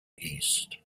east